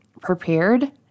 prepared